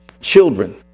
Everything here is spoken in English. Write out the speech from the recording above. children